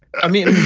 i mean,